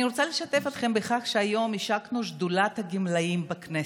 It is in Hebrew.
אני רוצה לשתף אתכם בכך שהיום השקנו את שדולת הגמלאים בכנסת.